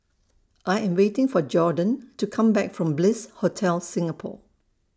I Am waiting For Jorden to Come Back from Bliss Hotel Singapore